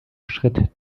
schritt